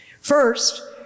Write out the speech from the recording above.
First